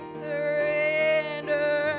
surrender